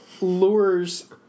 lures